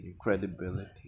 credibility